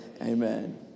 amen